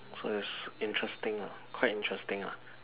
so is interesting lah quite interesting ah